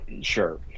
sure